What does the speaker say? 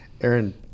Aaron